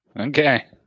Okay